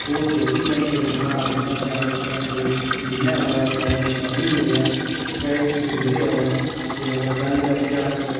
ओह् चौबी घैंटे खु'ल्ला रौंह्दा चाहे उत्थें कोई दिनै आवै चाहे शामी आवै चाहे सवेरे आवै ते अगर गल्ल करचै अस